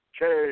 change